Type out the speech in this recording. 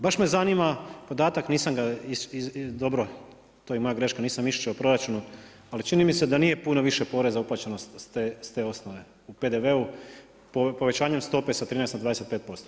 Baš me zanima podatak, nisam ga dobro to je moja greška nisam iščitao u proračunu, ali čini mi se da nije puno više poreza uplaćeno s te osnove u PDV-u povećanjem stope sa 13 na 25%